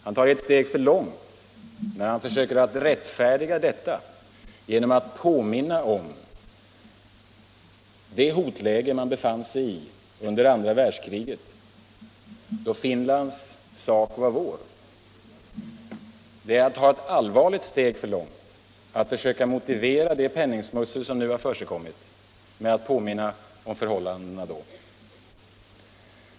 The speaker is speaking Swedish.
Han går ett steg för långt när han försöker rättfärdiga detta genom att påminna om det hotläge man befann sig i under andra välrdskriget, då Finlands sak var vår. Det är att gå ett allvarligt steg för långt att försöka motivera det penningsmussel som nu har förekommit med att påminna om förhållandena då.